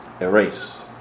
Erase